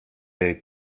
jej